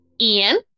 Ian